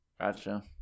Gotcha